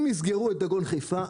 אם יסגרו את דגון חיפה,